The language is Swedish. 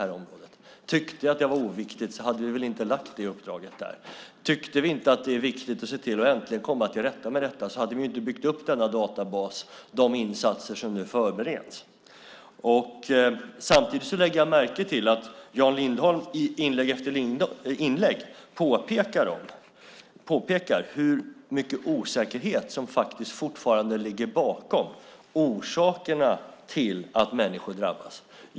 Om jag tyckte att det var oviktigt hade vi inte gett dem det uppdraget. Om vi inte tyckte att det var viktigt att se till att äntligen komma till rätta med detta hade vi inte byggt upp databasen med de insatser som nu förbereds. Samtidigt lägger jag märke till att Jan Lindholm i inlägg efter inlägg påpekar hur mycket osäkerhet som fortfarande ligger bakom orsakerna till att människor drabbas.